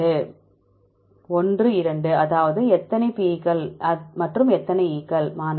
1 2 அதாவது எத்தனை P கள் மற்றும் எத்தனை E கள்